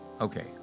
okay